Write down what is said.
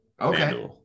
Okay